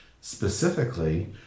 Specifically